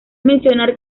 mencionar